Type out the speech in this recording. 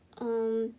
err